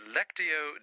Lectio